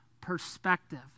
perspective